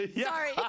Sorry